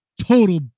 Total